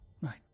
Right